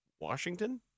Washington